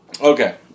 okay